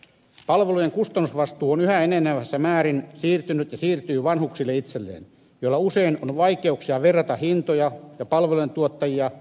palvelujen kustannusvastuu on yhä enenevässä määrin siirtynyt ja siirtyy vanhuksille itselleen joilla usein on vaikeuksia verrata hintoja ja palvelujen tuottajia